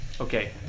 Okay